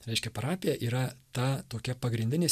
reiškia parapija yra ta tokia pagrindinė